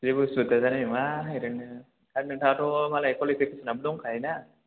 जेबो असुबिदा जानाय नङा ओरैनो आरो नोंथाङाथ' मालाय कवालिफिकेसनआबो दंखायो ना